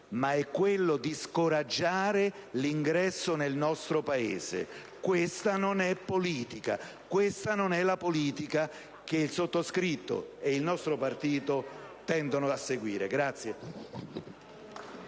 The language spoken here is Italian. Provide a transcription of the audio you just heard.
ma è quello di scoraggiare l'ingresso nel nostro Paese. Questa non è politica: questa non è la politica che il sottoscritto e il nostro Gruppo intendono seguire.